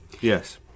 Yes